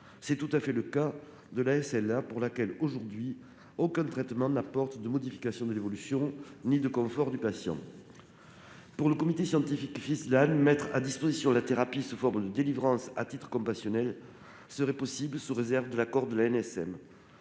C'est le cas de la SLA, pour laquelle aujourd'hui aucun traitement n'apporte de modifications de l'évolution de la pathologie ni de confort au patient. Pour le comité scientifique FilSLAN, mettre à disposition la thérapie sous forme de délivrance à titre compassionnel serait possible sous réserve de l'accord de l'ANSM.